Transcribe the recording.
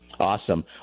awesome